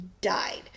died